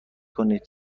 کنین